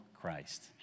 Christ